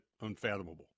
unfathomable